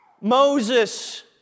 Moses